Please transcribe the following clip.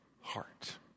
heart